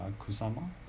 Kusama